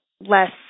less